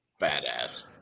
badass